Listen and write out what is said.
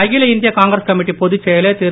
அகில Indhiya Congress committee பொதுச் செயலர் திரு